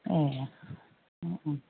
ए उम उम